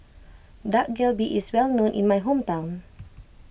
Dak Galbi is well known in my hometown